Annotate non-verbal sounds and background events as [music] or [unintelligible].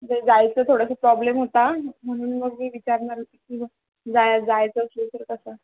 ज जायचं थोडासा प्रॉब्लेम होता म्हणून मग मी विचारणार [unintelligible] जाय जायचं असेल तर कसं